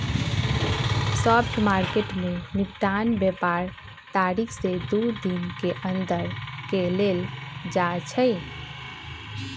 spot market में निपटान व्यापार तारीख से दू दिन के अंदर कऽ लेल जाइ छइ